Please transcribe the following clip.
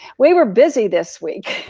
we were busy this week.